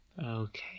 Okay